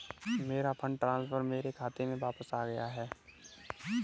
मेरा fund transfer मेरे खाते में वापस आ गया है